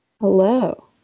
hello